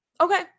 Okay